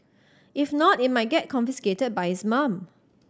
if not it might get confiscated by his mum